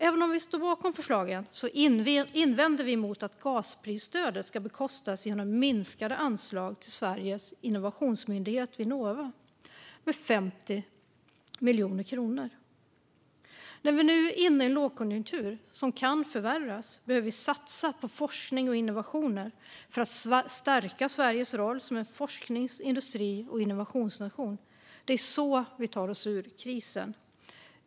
Även om vi står bakom förslagen invänder vi mot att gasprisstödet ska bekostas genom minskade anslag till Sveriges innovationsmyndighet Vinnova med 50 miljoner kronor. När vi nu är inne i en lågkonjunktur som kan förvärras behöver vi satsa på forskning och innovationer för att stärka Sveriges roll som en forsknings, industri och innovationsnation. Det är så vi tar oss ur krisen.